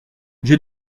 j’ai